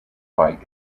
fight